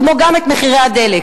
כמו גם את מחירי הדלק.